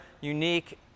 unique